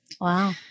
Wow